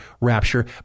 rapture